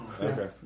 Okay